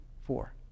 four